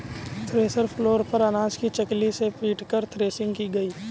thresher floor पर अनाज को चकली से पीटकर थ्रेसिंग की गई